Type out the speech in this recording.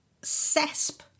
CESP